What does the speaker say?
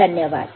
धन्यवाद